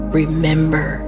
remember